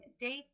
date